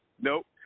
Nope